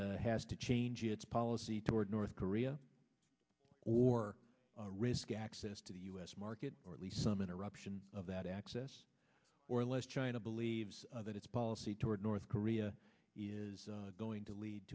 he has to change its policy toward north korea or risk access to the us market or at least some interruption of that access or less china believes that its policy toward north korea is going to lead